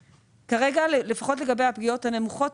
כרגע, לפחות לגבי הפגיעות הנמוכות,